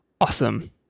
awesome